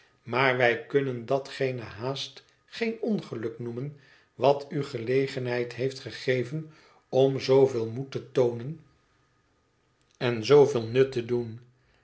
maar wij kunnen datgene haast geen ongeluk noemen wat u gelegenheid heeft gegeven om zooveel moed te toonen en zooveel nut te doen